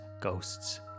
ghosts